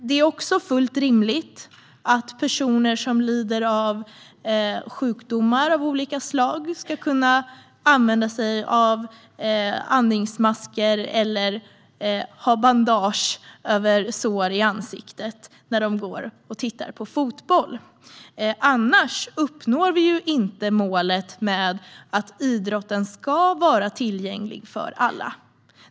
Det är också fullt rimligt att personer som lider av sjukdomar av olika slag ska kunna använda sig av andningsmasker eller ha bandage över sår i ansiktet när de går och tittar på fotboll. Annars uppnår vi inte målet med att idrotten ska vara tillgänglig för alla.